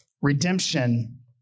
redemption